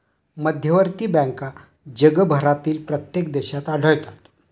मध्यवर्ती बँका जगभरातील प्रत्येक देशात आढळतात